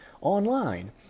online